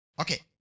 Okay